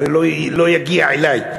הרי "לא יגיע אלי".